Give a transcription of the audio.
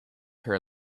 her